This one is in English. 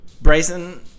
Bryson